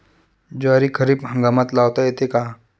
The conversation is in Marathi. ज्वारी खरीप हंगामात लावता येते का?